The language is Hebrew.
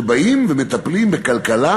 כשבאים ומטפלים בכלכלה